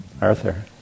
Arthur